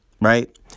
right